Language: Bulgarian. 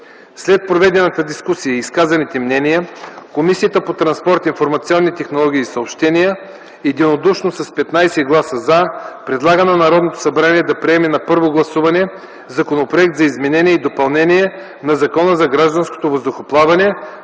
След проведената дискусия и изказаните мнения, Комисията по транспорт, информационни технологии и съобщения единодушно с 15 гласа „за” предлага на Народното събрание да приеме на първо гласуване Законопроект за изменение и допълнение на Закона за гражданското въздухоплаване,